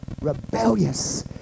rebellious